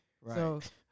Right